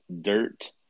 Dirt